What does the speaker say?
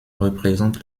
représente